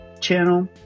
channel